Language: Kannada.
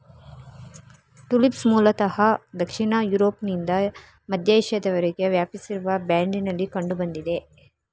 ಟುಲಿಪ್ಸ್ ಮೂಲತಃ ದಕ್ಷಿಣ ಯುರೋಪ್ನಿಂದ ಮಧ್ಯ ಏಷ್ಯಾದವರೆಗೆ ವ್ಯಾಪಿಸಿರುವ ಬ್ಯಾಂಡಿನಲ್ಲಿ ಕಂಡು ಬಂದಿದೆ